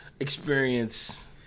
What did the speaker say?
Experience